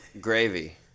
gravy